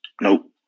Nope